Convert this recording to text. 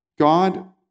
God